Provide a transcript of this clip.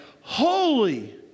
Holy